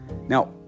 Now